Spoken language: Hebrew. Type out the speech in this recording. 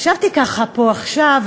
ישבתי ככה פה עכשיו,